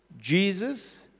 Jesus